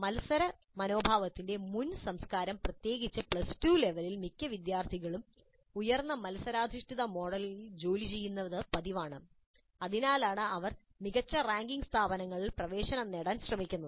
മത്സര മനോഭാവത്തിന്റെ മുൻ സംസ്കാരം പ്രത്യേകിച്ച് പ്ലസ് ടു ലെവലിൽ മിക്ക വിദ്യാർത്ഥികളും ഉയർന്ന മത്സരാധിഷ്ഠിത മോഡിൽ ജോലിചെയ്യുന്നത് പതിവാണ് അതിനാലാണ് അവർ മികച്ച റാങ്കിംഗ് സ്ഥാപനങ്ങളിൽ പ്രവേശനം നേടാൻ ശ്രമിക്കുന്നത്